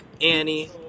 Annie